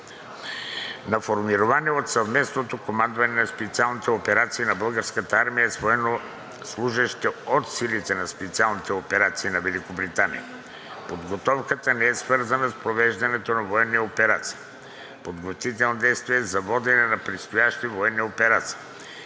на формирования от Съвместното командване на специалните операции на Българската армия с военнослужещи от Силите на специалните операции на Великобритания. Подготовката не е свързана с провеждането на военни операции, подготвителни действия да водене на предстоящи военни операции,